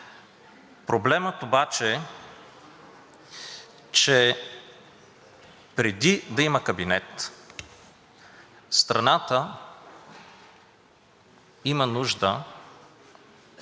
Проблемът обаче е, че преди да има кабинет, страната има нужда от това